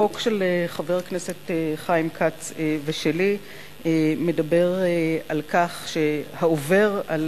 החוק של חבר הכנסת חיים כץ ושלי מדבר על כך שהעובר על